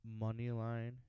Moneyline